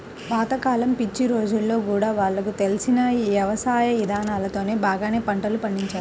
పాత కాలం పిచ్చి రోజుల్లో గూడా వాళ్లకు తెలిసిన యవసాయ ఇదానాలతోనే బాగానే పంటలు పండించారు